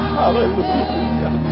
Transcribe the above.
hallelujah